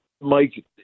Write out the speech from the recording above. Mike